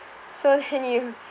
so then you